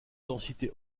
densité